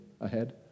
ahead